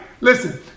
Listen